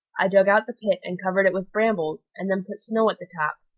i dug out the pit and covered it with brambles, and then put snow at the top.